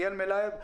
יעל מלייב.